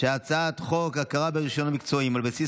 הצעת חוק ההכרה ברישיונות מקצועיים על בסיס